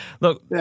Look